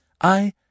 I